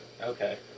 Okay